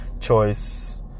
choice